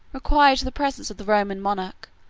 required the presence of the roman monarch,